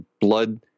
blood